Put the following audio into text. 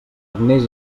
agnés